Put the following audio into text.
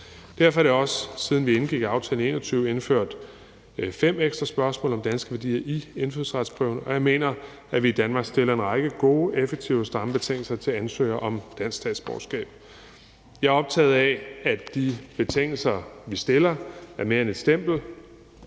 Derfor er der også, siden vi indgik aftalen i 2021, indført fem ekstra spørgsmål om danske værdier i indfødsretsprøven, og jeg mener, at vi i Danmark stiller en række gode, effektive og stramme betingelser til ansøgere om dansk statsborgerskab. Jeg er optaget af, at de betingelser, vi stiller, er mere end et stempel.